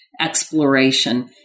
exploration